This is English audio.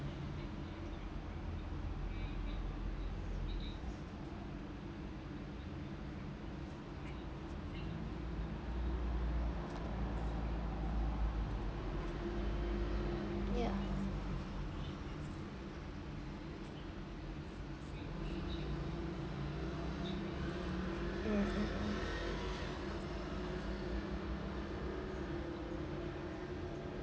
mm mm mm